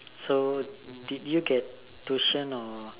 so did you get tuition or